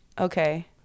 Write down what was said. Okay